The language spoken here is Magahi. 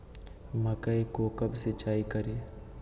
मकई को कब सिंचाई करे?